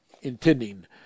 intending